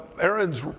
Aaron's